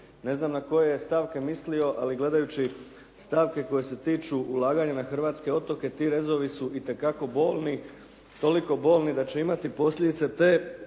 Ne znam na koje je stavke mislio, ali gledajući stavke koje se tiču ulaganja na hrvatske otoke ti rezovi su itekako bolni, toliko bolni da će imati posljedice te